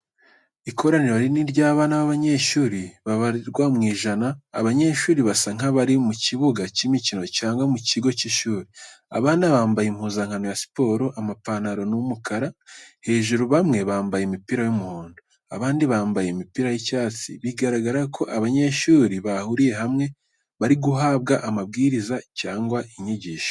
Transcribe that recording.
Ikoraniro rinini ry'abana b'abanyeshuri babarirwa mu ijana. Abanyeshuri basa nk'abari mu kibuga cy'imikino cyangwa mu kigo cy'ishuri. Abana bambaye impuzankano za siporo, amapantaro ni umukara hejuru, bamwe bambaye imipira y'umuhondo, abandi bambaye imipira y'icyatsi bigaragara ko abanyeshuri bahuriye hamwe bari guhabwa amabwiriza cyangwa inyigisho.